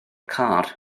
car